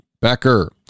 Becker